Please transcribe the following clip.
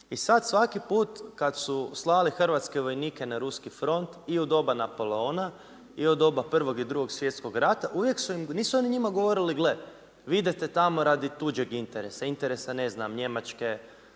I sad svaki put kad su slali hrvatske vojnike na ruski front i u doba Napoleona i u doba Prvog i Drugog svjetskog rata uvijek su im, nisu oni njima govorili gle vi idete tamo radi tuđeg interesa, interesa ne znam Njemačke,